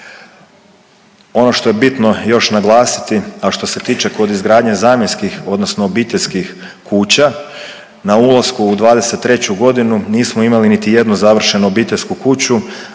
Ono što je bitno još naglasiti, a što se tiče kod izgradnje zamjenskih odnosno obiteljskih kuća, na ulasku u '23. godinu nismo imali niti jednu završenu obiteljsku kuću,